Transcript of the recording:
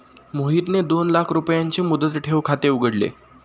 मोहितने दोन लाख रुपयांचे मुदत ठेव खाते उघडले